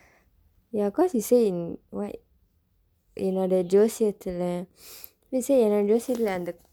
ya cause he say in what என்னோட ஜோசியத்துல:ennooda joosiyaththula he say என்னோட ஜோசியத்துல அந்த:ennooda joosiyaththula andtha